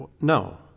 No